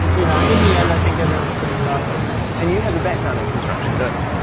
you know in the end, i think everyone's pretty proud of it and you have a background in construction, don't you?